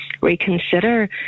reconsider